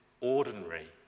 ordinary